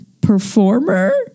performer